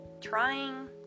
trying